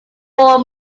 four